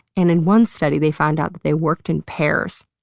and in one study, they found out that they worked in pairs.